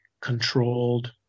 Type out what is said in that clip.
controlled